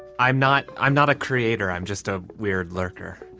i'm not i'm not a creator, i'm just a weird lurker.